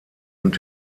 und